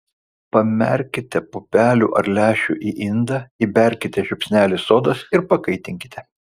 pamerkite pupelių ar lęšių į indą įberkite žiupsnelį sodos ir pakaitinkite